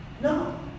No